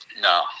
no